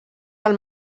del